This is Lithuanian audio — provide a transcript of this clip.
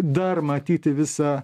dar matyti visą